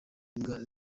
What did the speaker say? mbwa